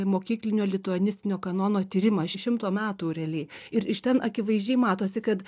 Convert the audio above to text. mokyklinio lituanistinio kanono tyrimą šimto metų realiai ir iš ten akivaizdžiai matosi kad